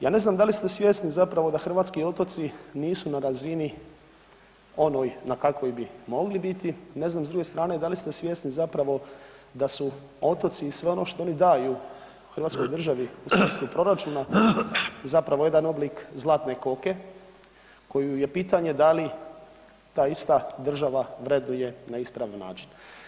Ja ne znam da li ste svjesni da hrvatski otoci nisu na razini onoj na kakvoj bi mogli biti, ne znam s druge strane da li ste svjesni zapravo da su otoci i sve ono što oni daju Hrvatskoj državi u smislu proračuna jedan oblik zlatne koke koju je pitanje da li ta ista država vrednuje na ispravan način.